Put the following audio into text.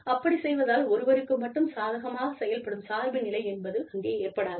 அப்படிச் செய்வதால் ஒருவருக்கு மட்டும் சாதகமாகச் செயல்படும் சார்புநிலை என்பது அங்கே ஏற்படாது